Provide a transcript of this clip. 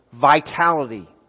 vitality